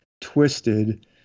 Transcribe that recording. twisted